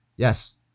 Yes